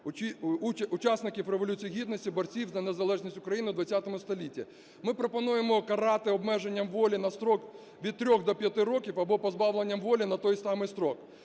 учасників Революції Гідності, борців за незалежність України у ХХ столітті. Ми пропонуємо карати обмеженням волі на строк від 3 до 5 років або позбавленням волі на той самий строк.